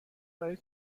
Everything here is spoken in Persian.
برای